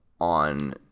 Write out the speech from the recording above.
on